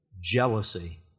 jealousy